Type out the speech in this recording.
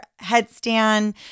headstand